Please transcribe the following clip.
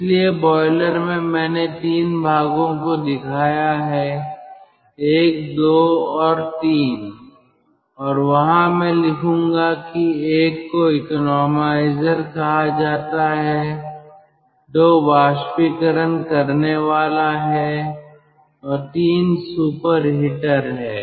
इसलिए बॉयलर में मैंने तीन भागों को दिखाया है I II और III और वहां मैं लिखूंगा कि I को इकोनोमाइजर कहा जाता है II बाष्पीकरण करनेवाला है और III सुपर हीटर है